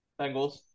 Bengals